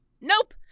Nope